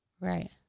Right